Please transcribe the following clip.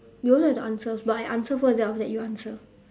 you also have the answers but I answer first then after that you answer